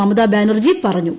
മമത ബാനർജി പറഞ്ഞു